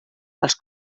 els